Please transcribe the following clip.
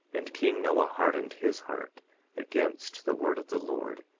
and king noah hardened his heart against the word of the lord,